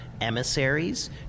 emissaries